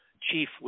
chief